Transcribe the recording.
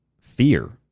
fear